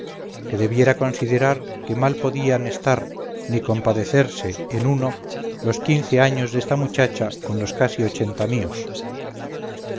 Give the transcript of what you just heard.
que debiera considerar que mal podían estar ni compadecerse en uno los quince años desta muchacha con los casi ochenta míos